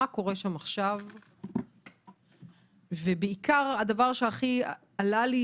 מה קורה שם עכשיו ובעיקר מה קורה לגבי